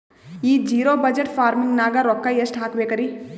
ಈ zero budget farming ನಾಗ್ ರೊಕ್ಕ ಎಷ್ಟು ಹಾಕಬೇಕರಿ?